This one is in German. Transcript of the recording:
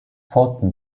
folgten